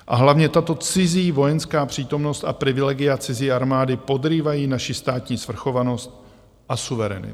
A hlavně tato cizí vojenská přítomnost a privilegia cizí armády podrývají naši státní svrchovanost a suverenitu.